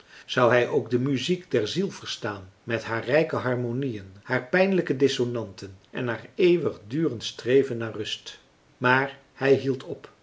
zou hij ook de muziek der ziel verstaan met haar rijke harmonieën haar pijnlijke dissonanten en haar eeuwigdurend streven naar rust maar hij hield op